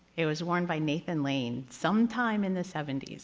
it was worn by nathan lane sometime in the seventy s.